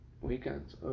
Weekends